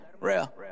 Real